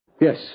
Yes